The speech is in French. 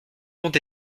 comte